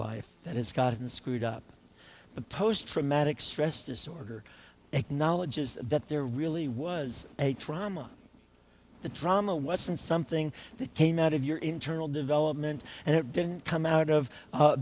has gotten screwed up but post traumatic stress disorder acknowledges that there really was a trauma the drama wasn't something that came out of your internal development and it didn't come out of